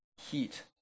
heat